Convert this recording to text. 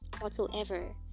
whatsoever